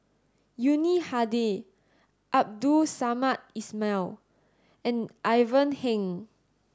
Yuni Hadi Abdul Samad Ismail and Ivan Heng